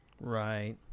Right